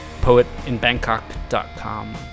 poetinbangkok.com